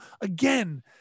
again